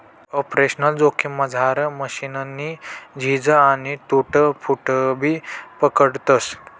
operational जोखिममझार मशीननी झीज आणि टूट फूटबी पकडतस